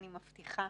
אני מבטיחה,